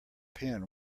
pin